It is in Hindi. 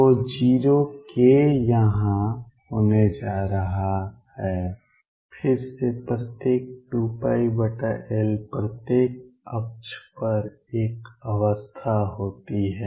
तो 0 k यहाँ होने जा रहा है फिर से प्रत्येक 2πL प्रत्येक अक्ष पर एक अवस्था होती है